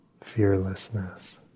Fearlessness